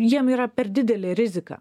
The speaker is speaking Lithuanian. jiem yra per didelė rizika